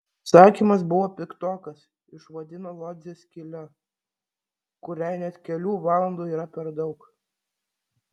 atsakymas buvo piktokas išvadino lodzę skyle kuriai net kelių valandų yra per daug